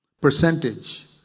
Percentage